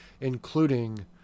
including